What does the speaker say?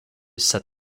said